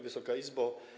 Wysoka Izbo!